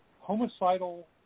homicidal